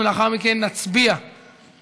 אנחנו לאחר מכן נצביע על